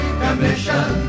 commission